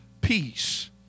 peace